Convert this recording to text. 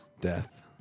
death